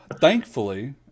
thankfully